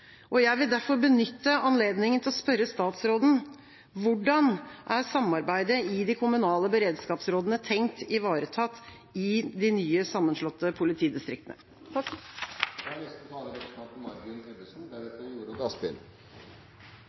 Jeg vil derfor benytte anledningen til å spørre statsråden: Hvordan er samarbeidet i de kommunale beredskapsrådene tenkt ivaretatt i de nye sammenslåtte politidistriktene? Hva var situasjonen da